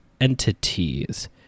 entities